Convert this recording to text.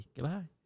Goodbye